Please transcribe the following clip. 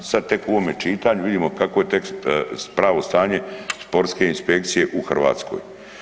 Sad tek u ovome čitanju vidimo kakvo je tek pravo stanje sportske inspekcije u Hrvatskoj.